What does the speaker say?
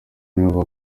nibo